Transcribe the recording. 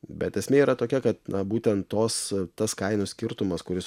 bet esmė yra tokia kad na būtent tos tas kainų skirtumas kuris